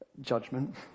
Judgment